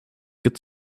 get